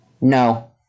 No